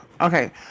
okay